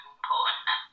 important